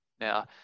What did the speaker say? Now